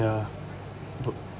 yeah